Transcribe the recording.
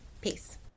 Peace